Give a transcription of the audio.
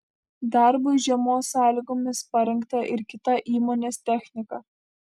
darbui žiemos sąlygomis parengta ir kita įmonės technika